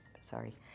Sorry